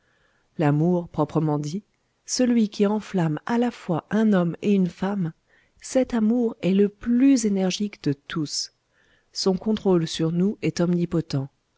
l'amour proprement dit celui qui enflamme à la fois un homme et une femme cet amour est le plus énergique de tous son contrôle sur nous est omnipotent